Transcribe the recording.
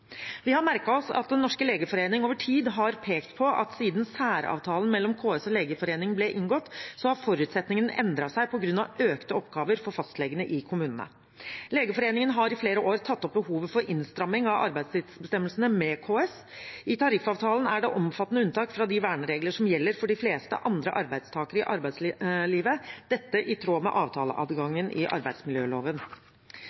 Vi har merket oss at Den norske legeforening over tid har pekt på at siden særavtalen mellom KS og Legeforeningen ble inngått, har forutsetningene endret seg på grunn av økte oppgaver for fastlegene i kommunene. Legeforeningen har i flere år tatt opp behovet for innstramning av arbeidstidsbestemmelsene med KS. I tariffavtalen er det omfattende unntak fra de verneregler som gjelder for de fleste andre arbeidstakere i arbeidslivet, dette i tråd med